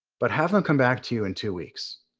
but have them come back to you in two weeks.